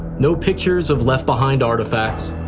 no pictures of left behind artifacts.